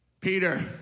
Peter